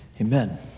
Amen